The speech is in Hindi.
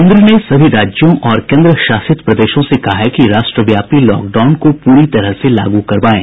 केन्द्र ने सभी राज्यों और केन्द्र शासित प्रदेशों से कहा है कि राष्ट्रव्यापी लॉकडाउन को प्ररी तरह से लागू करवाएं